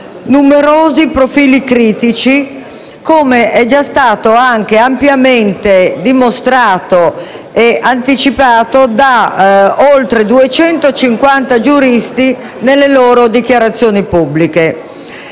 numerosi profili critici, come è già stato anche ampiamente dimostrato e anticipato da oltre 250 giuristi nelle loro dichiarazioni pubbliche.